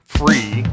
free